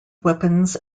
weapons